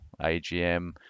AGM